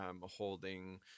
holding